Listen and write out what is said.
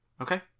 Okay